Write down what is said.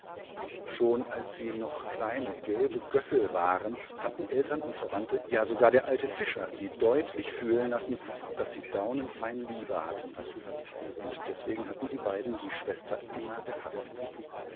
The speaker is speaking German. schon als sie noch kleine gelbe gössel waren hatten eltern und verwandte ja sogar der altefischer siedeutlichfühlenlassen daßsiedaunenfeinlieberhattenalssie und deswegen hatten die beiden die schwestern immer gehaßt